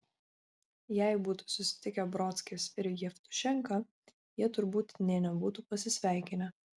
jei būtų susitikę brodskis ir jevtušenka jie turbūt nė nebūtų pasisveikinę